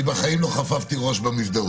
אני בחיים לא חפפתי ראש במסדרון.